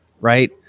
Right